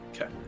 Okay